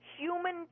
Human